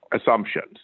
assumptions